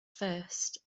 first